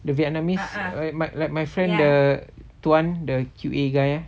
the vietnamese might like my friend the tuan the Q_A guy